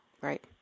Right